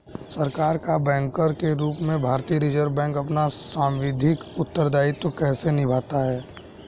सरकार का बैंकर के रूप में भारतीय रिज़र्व बैंक अपना सांविधिक उत्तरदायित्व कैसे निभाता है?